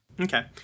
Okay